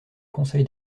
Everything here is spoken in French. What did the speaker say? conseil